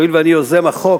הואיל ואני יוזם החוק,